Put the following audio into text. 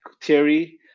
Theory